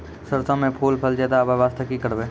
सरसों म फूल फल ज्यादा आबै बास्ते कि करबै?